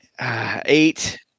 Eight